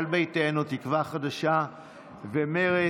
העבודה, ישראל ביתנו, תקווה חדשה ומרצ.